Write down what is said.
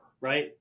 right